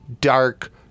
dark